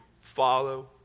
follow